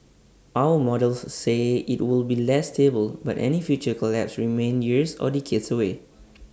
our models say IT will be less stable but any future collapse remains years or decades away